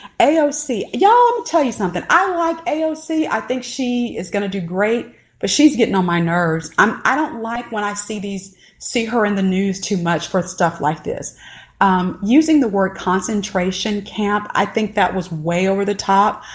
ayo, see y'all let me um tell you something. i like ayo. see i think she is gonna do great but she's getting on my nerves. um i don't like when i see these see her in the news too much for stuff like this using the word concentration camp i think that was way over the top.